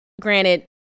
granted